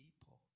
people